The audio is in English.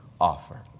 offer